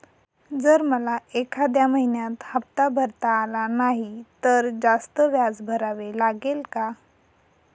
जर मला एखाद्या महिन्यात हफ्ता भरता आला नाही तर जास्त व्याज भरावे लागेल का?